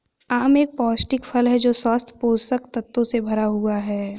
आम एक पौष्टिक फल है जो स्वस्थ पोषक तत्वों से भरा हुआ है